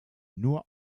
nur